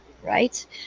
Right